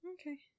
Okay